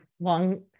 long